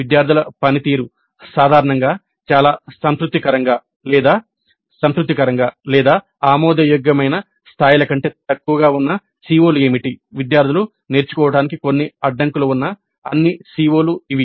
విద్యార్థుల పనితీరు సాధారణంగా చాలా సంతృప్తికరంగా లేదా సంతృప్తికరంగా లేదా ఆమోదయోగ్యమైన స్థాయిల కంటే తక్కువగా ఉన్న CO లు ఏమిటి విద్యార్థులు నేర్చుకోవటానికి కొన్ని అడ్డంకులు ఉన్న అన్ని CO లు ఇవి